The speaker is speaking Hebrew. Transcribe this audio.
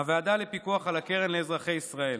הוועדה לפיקוח על הקרן לאזרחי ישראל: